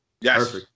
yes